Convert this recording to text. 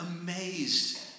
amazed